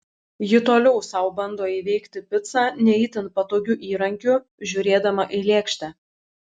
ji toliau sau bando įveikti picą ne itin patogiu įrankiu žiūrėdama į lėkštę